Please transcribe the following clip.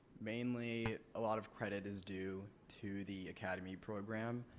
mainly a lot of credit is due to the academy program.